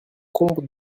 combe